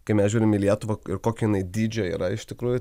kai mes žiūrim į lietuvą ir kokio jinai dydžio yra iš tikrųjų